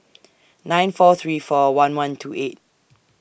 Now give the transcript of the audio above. nine four three four one one two eight